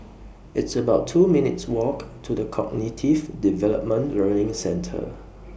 It's about two minutes' Walk to The Cognitive Development Learning Centre